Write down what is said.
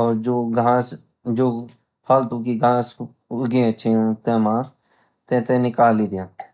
और जो घास फालतू की घास उग्याची तेमा तेते निकल दियाँ